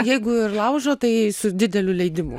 jeigu ir laužo tai su dideliu leidimu